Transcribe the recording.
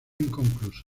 inconcluso